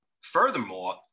Furthermore